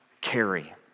carry